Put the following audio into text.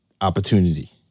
opportunity